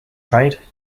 trade